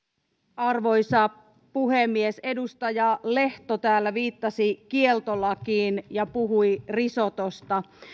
arvoisa puhemies edustaja lehto täällä viittasi kieltolakiin ja puhui risotosta